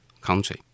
country